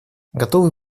готовы